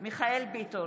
מיכאל מרדכי ביטון,